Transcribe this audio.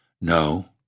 No